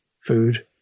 Food